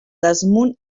desmunt